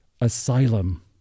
asylum